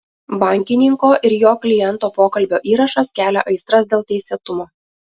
bankininko ir jo kliento pokalbio įrašas kelia aistras dėl teisėtumo